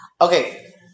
okay